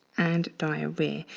and diarrhea.